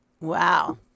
Wow